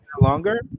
longer